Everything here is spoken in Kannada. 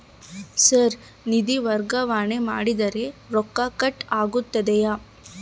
ಸರ್ ನಿಧಿ ವರ್ಗಾವಣೆ ಮಾಡಿದರೆ ರೊಕ್ಕ ಕಟ್ ಆಗುತ್ತದೆಯೆ?